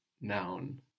noun